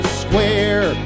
square